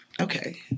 Okay